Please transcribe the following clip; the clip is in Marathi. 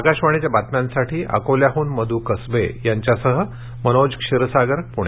आकाशवाणीच्या बातम्यांसाठी अकोल्याहून मध् कसबे यांच्यासह मनोज क्षीरसागर पुणे